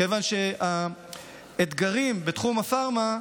כיוון שהאתגרים בתחום הפארמה,